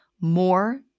more